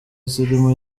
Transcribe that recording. zirimo